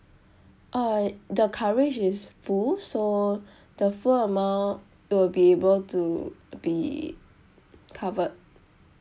uh the coverage is full so the full amount it will be able to be covered